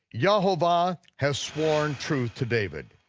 yehovah has sworn truth to david.